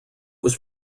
was